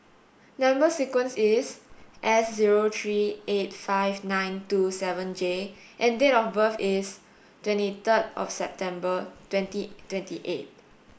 number sequence is S zero three eight five nine two seven J and date of birth is twenty third of September twenty twenty eight